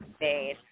made